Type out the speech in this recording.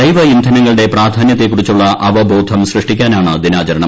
ജൈവ ഇന്ധനങ്ങളുടെ പ്രാധാന്യത്തെക്കുറിച്ചുള്ള അവബോധം സൃഷ്ടിക്കാനാണ് ദിനാചരണം